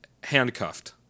handcuffed